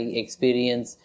experience